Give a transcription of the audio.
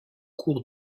cours